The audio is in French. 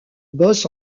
boss